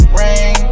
rain